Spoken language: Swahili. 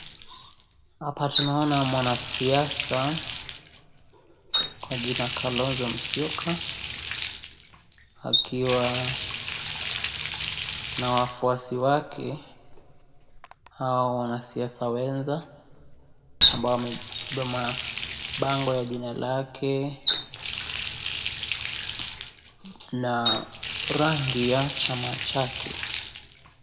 Hapa tunaona mwanasiasa kwa jina Kalonzo Musyoka, akiwa na wafuasi wake , hao wanasiasa wenza , ambao wamebeba mabango ya jina lake , na rangi ya chama chake.